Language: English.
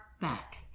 back